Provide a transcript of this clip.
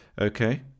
Okay